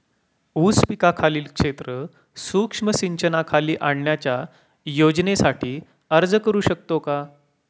ऊस पिकाखालील क्षेत्र सूक्ष्म सिंचनाखाली आणण्याच्या योजनेसाठी अर्ज करू शकतो का?